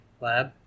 lab